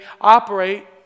operate